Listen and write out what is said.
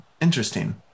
interesting